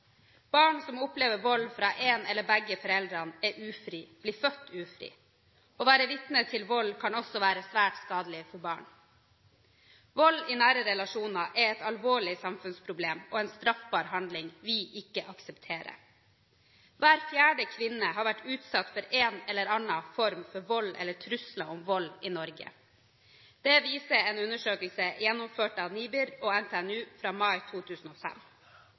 Barn som opplever vold fra én eller begge foreldrene, er ufrie – blir født ufrie. Å være vitne til vold kan også være svært skadelig for barn. Vold i nære relasjoner er et alvorlig samfunnsproblem og en straffbar handling vi ikke aksepterer. Hver fjerde kvinne har vært utsatt for en eller annen form for vold eller trusler om vold i Norge. Det viser en undersøkelse gjennomført av NIBR og NTNU i mai 2005.